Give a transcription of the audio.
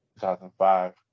2005